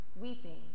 weeping